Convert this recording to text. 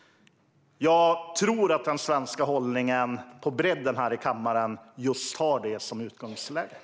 Jag tror att den breda svenska hållningen har det som utgångspunkt.